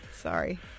Sorry